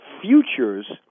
futures